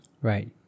Right